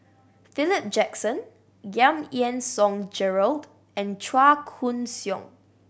Philip Jackson Giam Yean Song Gerald and Chua Koon Siong